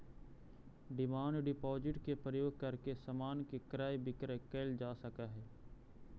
demand deposit के प्रयोग करके समान के क्रय विक्रय कैल जा सकऽ हई